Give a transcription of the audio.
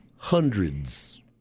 Hundreds